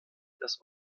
das